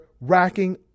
racking